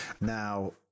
Now